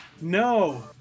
no